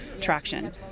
traction